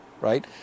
right